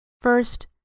First